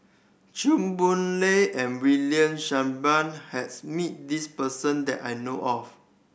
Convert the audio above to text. Chew Boon Lay and William Shellabear has meet this person that I know of